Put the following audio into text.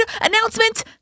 Announcement